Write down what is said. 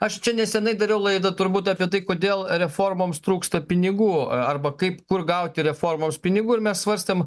aš čia neseniai dariau laidą turbūt apie tai kodėl reformoms trūksta pinigų arba kaip kur gauti reformoms pinigų ir mes svarstėm